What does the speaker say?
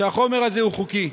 שהחומר הזה הוא חוקי.